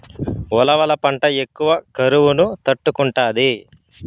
ఉలవల పంట ఎక్కువ కరువును తట్టుకుంటాది